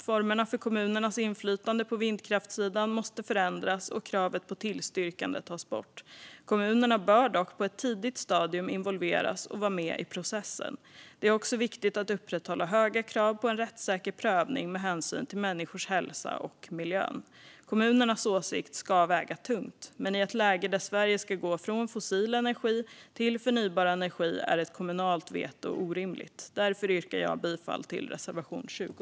Formerna för kommunernas inflytande på vindkraftssidan måste förändras och kravet på tillstyrkande tas bort. Kommunerna bör dock på ett tidigt stadium involveras och vara med i processen. Det är också viktigt att upprätthålla höga krav på en rättssäker prövning med hänsyn till människors hälsa och miljön. Kommunernas åsikt ska väga tungt, men i ett läge där Sverige ska gå från fossil energi till förnybar energi är ett kommunalt veto orimligt. Därför yrkar jag bifall till reservation 20.